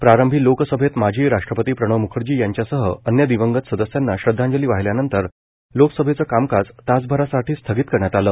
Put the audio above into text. प्रारंभी लोकसभेत माजी राष्ट्रपती प्रणव मुखर्जी यांच्यासह अन्य दिवंगत सदस्यांना श्रदधांजली वाहिल्यानंतर लोकसभेचं कामकाज तासाभरासाठी स्थगित करण्यात आलं